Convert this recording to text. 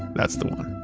that's the one